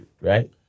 right